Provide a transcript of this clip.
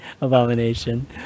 Abomination